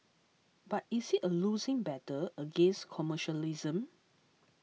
but is it a losing battle against commercialism